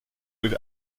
with